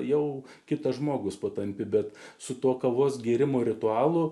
jau kitas žmogus patampė bet su tuo kavos gėrimo ritualu